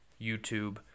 YouTube